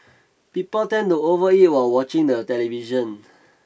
people tend to overeat while watching the television